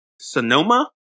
Sonoma